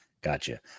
Gotcha